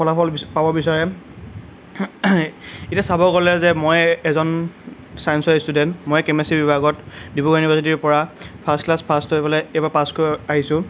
ফলাফল পাব বিচাৰে এতিয়া চাব গ'লে যে মই এজন ছায়েঞ্চৰ ষ্টুডেণ্ট মই কেমেষ্ট্ৰি বিভাগত ড্ৰিব্ৰুগড় ইউনিভাৰ্চিটিৰ পৰা ফাৰ্ষ্ট ক্লাছ ফাৰ্ষ্ট হৈ পেলাই এইবাৰ পাছ কৰি এইবাৰ আহিছোঁ